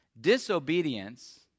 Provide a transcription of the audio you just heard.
Disobedience